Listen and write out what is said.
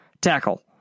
Tackle